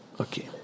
Okay